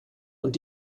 und